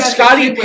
Scotty